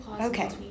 okay